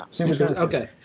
Okay